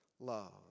love